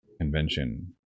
convention